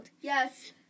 Yes